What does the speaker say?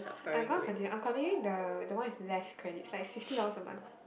I'm gonna continue I'm continuing the the one with less credit like fifty dollars a month